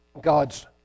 God's